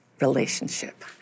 relationship